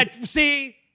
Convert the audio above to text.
See